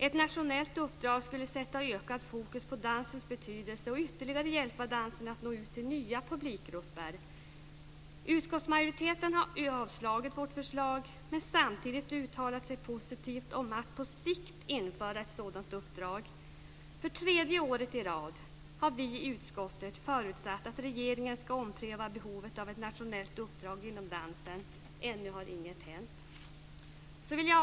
Ett nationellt uppdrag skulle sätta ökat fokus på dansens betydelse och ytterligare hjälpa dansen att nå ut till nya publikgrupper. Utskottsmajoriteten har avstyrkt vårt förslag men samtidigt uttalat sig positivt om att på sikt införa ett sådant uppdrag. För tredje året i rad har vi i utskottet förutsatt att regeringen ska ompröva behovet av ett nationellt uppdrag när det gäller dansen - ännu har inget hänt. Fru talman!